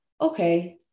okay